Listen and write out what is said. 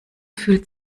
fühlt